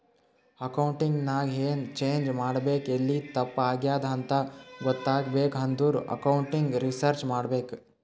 accounting ನಾಗ್ ಎನ್ change ಮಾಡ್ಬೇಕ್ ಎಲ್ಲಿ ತಪ್ಪ ಆಗ್ಯಾದ್ ಅಂತ ಗೊತ್ತಾಗ್ಬೇಕ ಅಂದುರ್ ಅಕೌಂಟಿಂಗ್ ರಿಸರ್ಚ್ ಮಾಡ್ಬೇಕ್